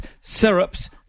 Syrups